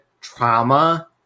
trauma